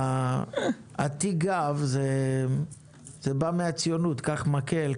תיק גב בא מהציונות קח מקל,